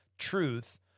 truth